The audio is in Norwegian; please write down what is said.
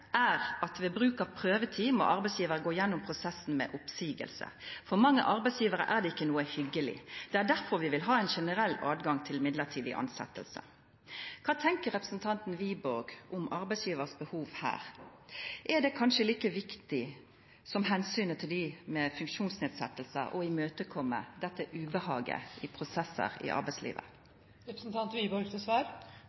er at ved bruk av prøvetid må arbeidsgiver gå gjennom prosessen med oppsigelse. For mange arbeidsgivere er det ikke noe hyggelig. Det er derfor vi vil ha en generell adgang til midlertidig ansettelse.» Kva tenkjer representanten Wiborg om behova til arbeidsgjevarar her? Er det kanskje like viktig som omsynet til dei med funksjonsnedsetjingar å imøtekoma dette ubehaget i prosessar i arbeidslivet? Det er to hovedgrunner til